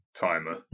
timer